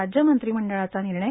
राज्यमंत्रिमंडळाचा निर्णय